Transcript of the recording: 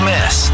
Miss